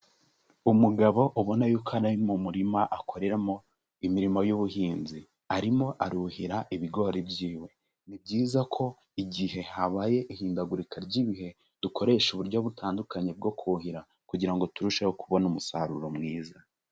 Umugabo ubona y'uko ari mu murima akoreramo imirimo y'ubuhinzi, arimo aruhira ibigori byiwe, ni byiza ko igihe habaye ihindagurika ry'ibihe dukoresha uburyo butandukanye bwo kuhira kugira ngo turusheho kubona umusaruro mwiza.